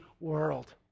world